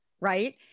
right